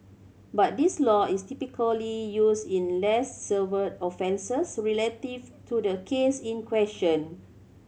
but this law is typically used in less severe offences relative to the case in question